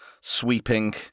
sweeping